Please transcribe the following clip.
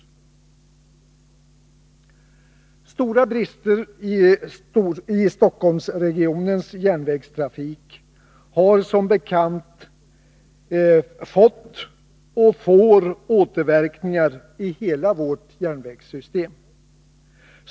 Stora brister i Stockholmsregionens järnvägstrafik har som bekant fått och får återverkningar i hela vårt järnvägssystem.